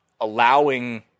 allowing